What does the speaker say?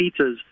pizzas